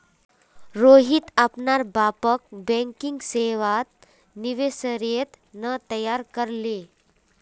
रोहित अपनार बापक बैंकिंग सेवात निवेशेर त न तैयार कर ले